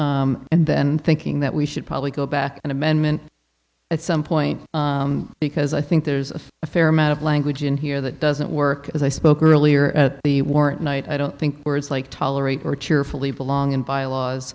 it and then thinking that we should probably go back and amendment at some point because i think there's a fair amount of language in here that doesn't work as i spoke earlier at the war at night i don't think words like tolerate or cheerfully belong in byelaws